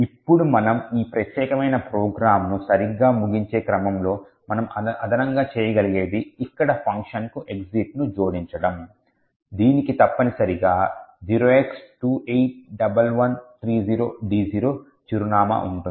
ఇప్పుడు మనము ఈ ప్రత్యేకమైన ప్రోగ్రామ్ను సరిగ్గా ముగించే క్రమంలో మనం అదనంగా చేయగలిగేది ఇక్కడ ఫంక్షన్ కు exitను జోడించడం దీనికి తప్పనిసరిగా 0x281130d0 చిరునామా ఉంటుంది